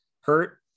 hurt